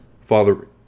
Father